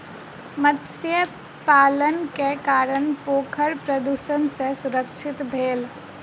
मत्स्य पालनक कारणेँ पोखैर प्रदुषण सॅ सुरक्षित भेल